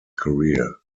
career